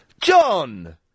John